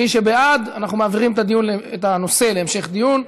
מי שבעד, אנחנו מעבירים את הנושא להמשך דיון.